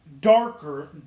darker